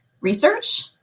research